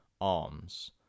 arms